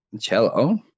cello